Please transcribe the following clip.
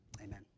Amen